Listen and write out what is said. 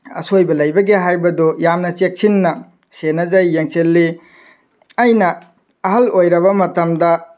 ꯑꯁꯣꯏꯕ ꯂꯩꯕꯒꯦ ꯍꯥꯏꯕꯗꯣ ꯌꯥꯝꯅ ꯆꯦꯛꯁꯤꯟꯅ ꯁꯦꯟꯅꯖꯩ ꯌꯦꯡꯁꯤꯜꯂꯤ ꯑꯩꯅ ꯑꯍꯜ ꯑꯣꯏꯔꯕ ꯃꯇꯝꯗ